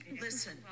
listen